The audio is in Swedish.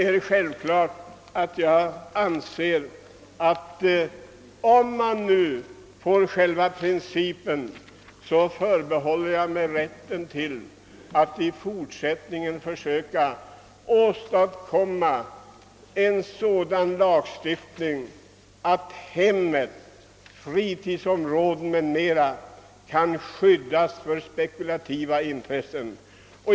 Om själva principen nu blir fastslagen förbehåller jag mig givetvis rätten att i fortsättningen försöka åstadkom ma en sådan lagstiftning att hemmen, fritidsområdena m.m. kan skyddas från alla spekulativa intressen.